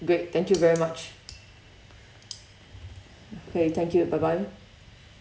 great thank you very much okay thank you bye bye